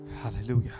Hallelujah